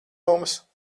mums